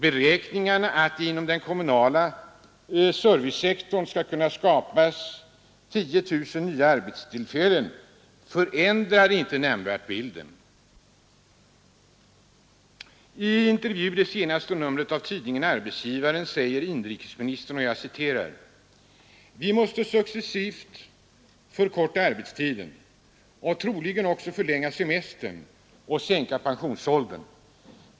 Beräkningarna att det inom den kommunala servicesektorn skall kunna skapas 10 000 nya arbetstillfällen förändrar inte bilden nämnvärt. I en intervju i det senaste numret av tidningen Arbetsgivaren anför inrikesministern: ”Vi måste successivt förkorta arbetstiden och troligen också förlänga semestern och sänka pensionsåldern.